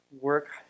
work